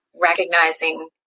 recognizing